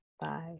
bye